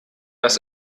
dass